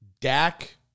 Dak